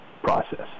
process